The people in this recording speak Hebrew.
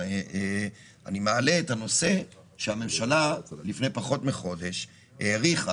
אני מעלה את הנושא שהממשלה לפני פחות מחודש האריכה